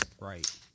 Right